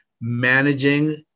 managing